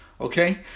okay